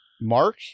Mark